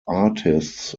artists